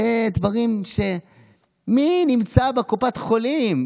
אלה דברים, מי נמצא בקופת החולים?